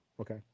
okay